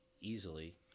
easily